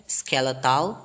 skeletal